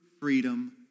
freedom